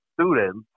students